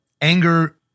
anger